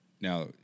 now